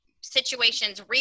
situations